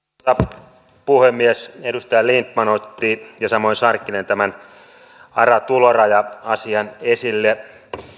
arvoisa puhemies edustaja lindtman otti ja samoin sarkkinen tämän ara tuloraja asian esille